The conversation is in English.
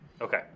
okay